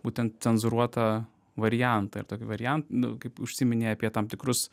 būten cenzūruotą variantą ir tokiu varian nu kaip užsiminei apie tam tikrus